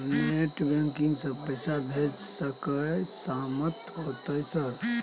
Net banking से पैसा भेज सके सामत होते सर?